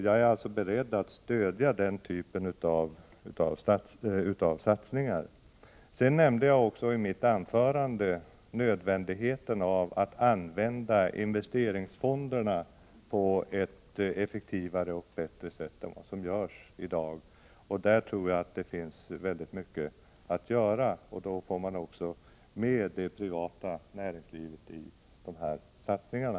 Jag är alltså beredd att stödja den typen av satsningar. Jag nämnde också i mitt anförande nödvändigheten av att använda investeringsfonderna på ett effektivare och bättre sätt än vad som sker i dag. Där tror jag det finns mycket att göra, och då får man också med det privata näringslivet i satsningarna.